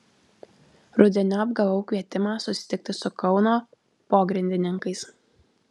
rudeniop gavau kvietimą susitikti su kauno pogrindininkais